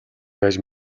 байж